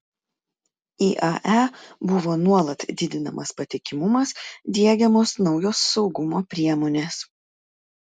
iae buvo nuolat didinamas patikimumas diegiamos naujos saugumo priemonės